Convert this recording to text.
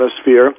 atmosphere